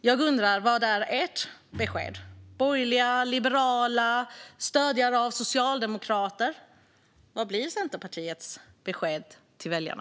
Jag undrar var ert besked är. Det borgerliga, liberala Centerpartiet som stöder Socialdemokraterna, vad blir ert besked till väljarna?